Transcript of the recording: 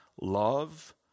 love